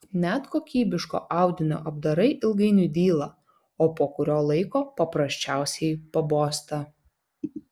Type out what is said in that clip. net kokybiško audinio apdarai ilgainiui dyla o po kurio laiko paprasčiausiai pabosta